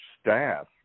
staff